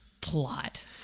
plot